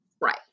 Right